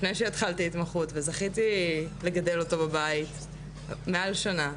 לפני שהתחלתי התמחות וזכיתי לגדל אותו בבית מעל שנה,